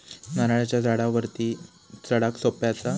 नारळाच्या झाडावरती चडाक सोप्या कसा?